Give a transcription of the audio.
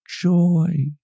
joy